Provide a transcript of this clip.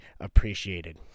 appreciated